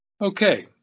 okay